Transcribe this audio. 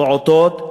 פעוטות,